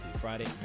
Friday